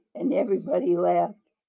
and everybody laughed.